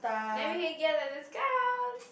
then we can get a discount